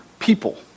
People